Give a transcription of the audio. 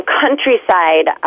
countryside